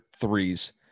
threes